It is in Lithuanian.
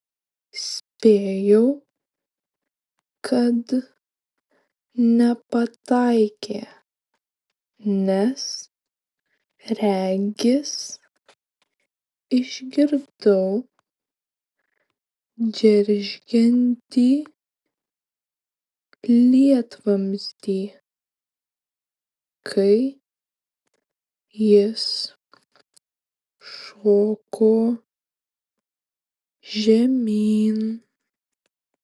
spėjau kad nepataikė nes regis išgirdau džeržgiantį lietvamzdį kai jis šoko žemyn